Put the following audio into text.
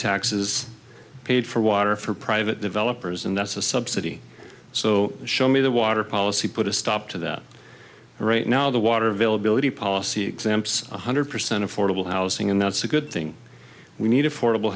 taxes paid for water for private developers and that's a subsidy so show me the water policy put a stop to that right now the water availability policy exempts one hundred percent affordable housing and that's a good thing we need affordable